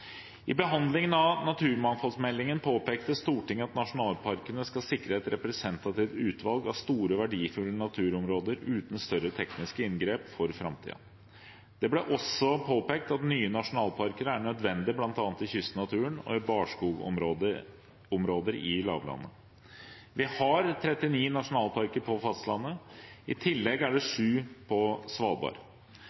I behandlingen av naturmangfoldmeldingen påpekte Stortinget at nasjonalparkene for framtiden skal sikre et representativt utvalg av store, verdifulle naturområder uten større tekniske inngrep. Det ble også påpekt at nye nasjonalparker er nødvendig, bl.a. i kystnaturen og i barskogområder i lavlandet. Vi har 39 nasjonalparker på fastlandet. I tillegg er det